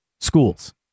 schools